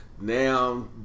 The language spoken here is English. Now